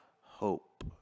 hope